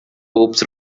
popes